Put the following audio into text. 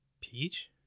Peach